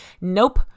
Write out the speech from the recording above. Nope